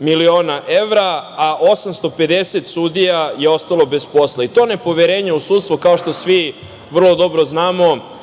miliona evra, a 850 sudija je ostalo bez posla. To nepoverenje u sudstvo, kao što svi vrlo dobro znamo